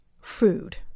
food